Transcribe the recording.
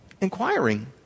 inquiring